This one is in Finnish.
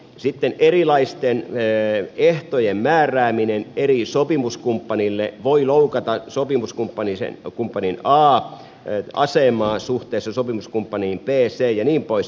sitten erilaisten ehtojen määrääminen eri sopimuskumppaneille voi loukata sopimuskumppani an asemaa suhteessa sopimuskumppaniin b c ja niin poispäin